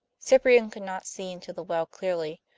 cyprian could not see into the well clearly,